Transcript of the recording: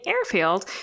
Airfield